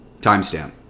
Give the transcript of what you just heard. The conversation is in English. Timestamp